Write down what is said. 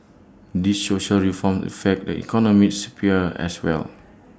these social reforms affect the economic sphere as well